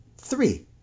Three